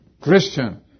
Christian